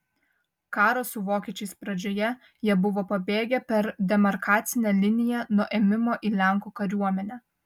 karo su vokiečiais pradžioje jie buvo pabėgę per demarkacinę liniją nuo ėmimo į lenkų kariuomenę